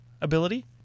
ability